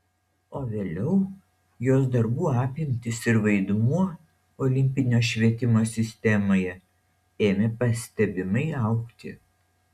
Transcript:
o vėliau jos darbų apimtys ir vaidmuo olimpinio švietimo sistemoje ėmė pastebimai augti